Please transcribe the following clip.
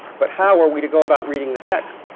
but how are we to go about reading the text?